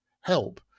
help